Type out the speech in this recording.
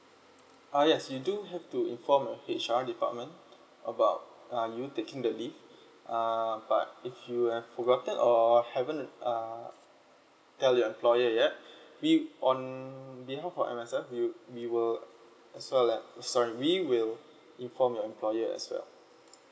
ah yes you do have to inform your H_R department about uh you taking the leave err but if you have forgotten or haven't uh tell your employer yet we on behalf of M_S_F will we will as well lah sorry we will inform your employer as well